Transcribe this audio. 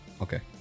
Okay